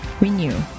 Renew